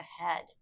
ahead